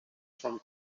from